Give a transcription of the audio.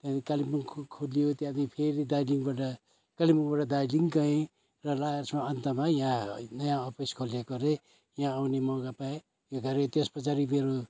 त्यहाँदेखि कालिम्पोङ खु खोलियो त्यहाँदेखि फेरि दार्जिलिङबाट कालिम्पोङबाट दार्जिलिङ गएँ र लास्टमा अन्तमा यहाँ ह नयाँ अफिस खोलिएको रे यहाँ आउने मौका पाएँ यो घडी त्यस पछाडि मेरो